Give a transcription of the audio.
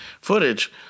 footage